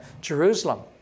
Jerusalem